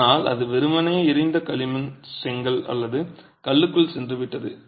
ஆனால் அது வெறுமனே எரிந்த களிமண் செங்கல் அல்லது கல்லுக்குள் சென்றுவிட்டது